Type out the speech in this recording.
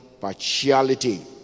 partiality